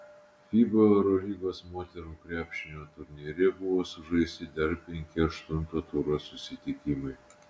fiba eurolygos moterų krepšinio turnyre buvo sužaisti dar penki aštunto turo susitikimai